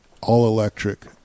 all-electric